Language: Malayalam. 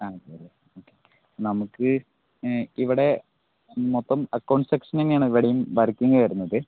ആണല്ലെ ഓക്കെ ഓക്കെ നമുക്ക് ഇവിടെ മൊത്തം അക്കൌണ്ട് സെക്ഷൻ തന്നെ ആണ് ഇവിടെ വർക്കിങ് വരുന്നത്